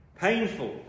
painful